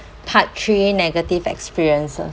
part three negative experiences